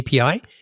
API